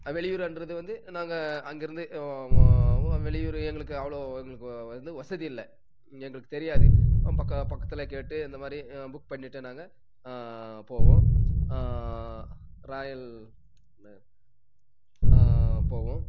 வெளியூருன்றது வந்து நாங்கள் அங்கிருந்து வெளியூர் எங்களுக்கு அவ்வளோ எங்களுக்கு வந்து வசதி இல்லை எங்களுக்கு தெரியாது பக்க பக்கத்தில் கேட்டு இந்த மாதிரி புக் பண்ணிகிட்டு நாங்க போவோம் ரயிலில் போவோம்